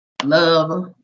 Love